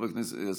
בעד.